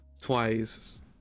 twice